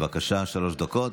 בבקשה, שלוש דקות.